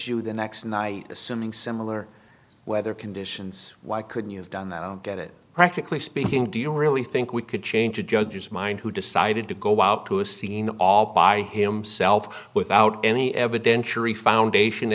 you the next night assuming similar weather conditions why couldn't you have done that get it practically speaking do you really think we could change the judge's mind who decided to go out to a scene all by himself without any evidentiary foundation